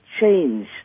change